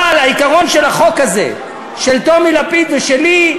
אבל העיקרון של החוק הזה, של טומי לפיד ושלי,